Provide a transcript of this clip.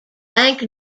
bank